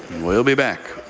we'll we'll be back.